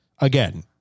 again